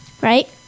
right